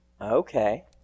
Okay